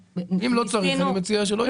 אם לא צריך, אני מציע שזה לא ייכתב.